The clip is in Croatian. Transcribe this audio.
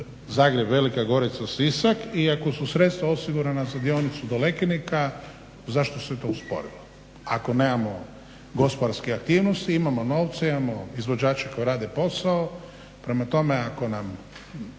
Zagreb-Velika Gorica-Sisak i ako su sredstva osigurana za dionicu do Lekenika zašto se to usporilo ako nemamo gospodarske aktivnosti, imamo novaca, imamo izvođače koji rade posao. Prema tome ako nam